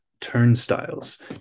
turnstiles